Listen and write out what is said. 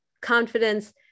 confidence